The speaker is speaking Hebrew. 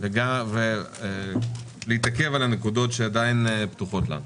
וגם להתעכב על הנקודות שעדיין פתוחות לנו.